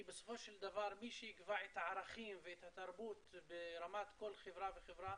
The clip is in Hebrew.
בסופו של דבר מי שיקבע את הערכים ואת התרבות ברמת כל חברה וחברה